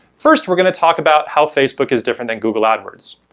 first, we're going to talk about how facebook is different than google adwords.